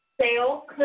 sale